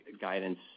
guidance